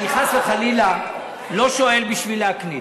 אני חס וחלילה לא שואל בשביל להקניט.